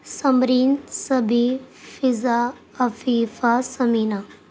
Samreen Sabiya Fiza Afifa Samina